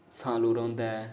सालू रौंह्दा ऐ